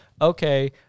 okay